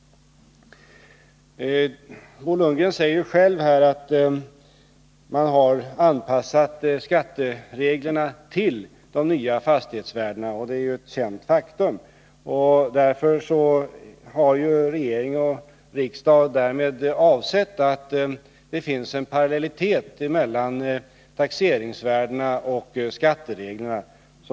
Bo Lundgren sade själv att skattereglerna har anpassats till de nya fastighetsvärdena, och det är ju ett känt faktum. Regeringen och riksdagen har därmed gett uttryck för åsikten att det finns en parallellitet mellan taxeringsvärdena och skattereglerna.